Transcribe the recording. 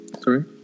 Sorry